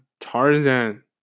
Tarzan